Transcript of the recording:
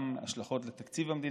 גם השלכות על תקציב המדינה,